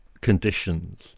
conditions